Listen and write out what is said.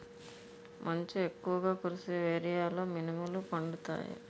మంచు ఎక్కువుగా కురిసే ఏరియాలో మినుములు పండుతాయా?